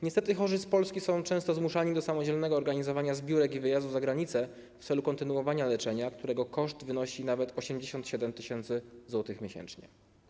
Niestety chorzy z Polski są często zmuszani do samodzielnego organizowania zbiórek i wyjazdów za granicę w celu kontynuowania leczenia, którego koszt wynosi nawet 87 tys. zł miesięcznie.